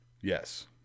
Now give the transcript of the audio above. Yes